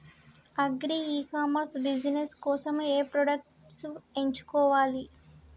Agri e commerce business కోసము ఏ products ఎంచుకోవాలి?